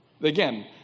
Again